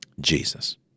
Jesus